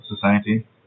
Society